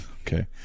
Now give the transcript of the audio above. okay